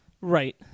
Right